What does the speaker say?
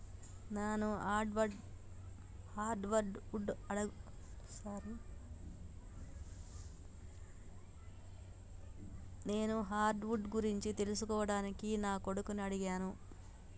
నాను hard wood గురించి తెలుసుకోవడానికి నా కొడుకుని అడిగాను